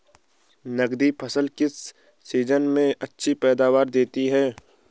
नकदी फसलें किस सीजन में अच्छी पैदावार देतीं हैं?